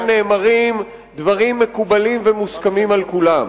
נאמרים דברים מקובלים ומוסכמים על כולם.